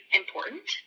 important